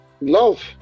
love